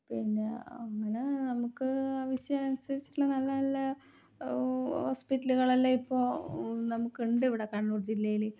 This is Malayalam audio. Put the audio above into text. പിന്നെ അങ്ങനെ നമുക്ക് ആവശ്യം അനുസരിച്ചിട്ടുള്ള നല്ല നല്ല ഹോസ്പിറ്റലുകളെല്ലാം ഇപ്പോൾ നമുക്കുണ്ട് ഇവിടെ കണ്ണൂർ ജില്ലയിൽ